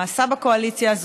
מאסו בקואליציה הזאת,